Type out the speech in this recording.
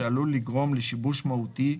שעלול לגרום לשיבוש מהותי,